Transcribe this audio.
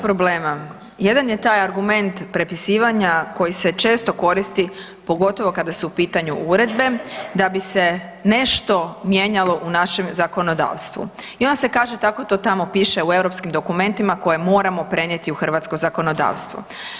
Dva su problema, jedan je taj argument prepisivanja koji se često koristi pogotovo kada su u pitanju uredbe da bi se nešto mijenjalo u našem zakonodavstvu i onda se kaže „tako to tamo piše u europskim dokumentima koje moramo prenijeti u hrvatsko zakonodavstvo“